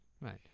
Right